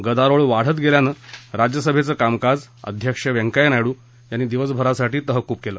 गदारोळ वाढत गेल्यानं राज्यसभेचं कामकाज अध्यक्ष व्यंकय्या नायडू यांनी दिवसभरासाठी तहकूब केलं